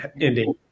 ending